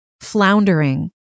floundering